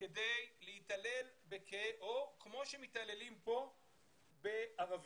כדי להתעלל שם כמו שמתעללים כאן בערבים.